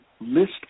list